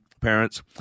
parents